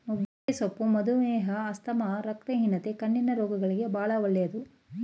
ನುಗ್ಗೆ ಸೊಪ್ಪು ಮಧುಮೇಹ, ಆಸ್ತಮಾ, ರಕ್ತಹೀನತೆ, ಕಣ್ಣಿನ ರೋಗಗಳಿಗೆ ಬಾಳ ಒಳ್ಳೆದು